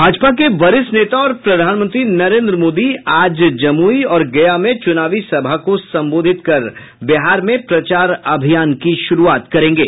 भाजपा के वरिष्ठ नेता और प्रधानमंत्री नरेंद्र मोदी आज जमूई और गया में चुनावी सभा को संबोधित कर बिहार में प्रचार अभियान की शुरूआत करेंगे